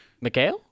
Mikhail